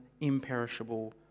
imperishable